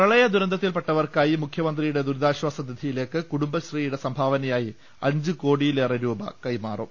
പ്രളയദുരന്തത്തിൽപ്പെട്ടവർക്കായി മുഖ്യമന്ത്രിയുടെ ദുരിതാശ്വാ സനിധിയിലേക്ക് കുടുംബശ്രീയുടെ സംഭാവനയായി അഞ്ചു കോടിയിലേറെ രൂപ കൈമാറും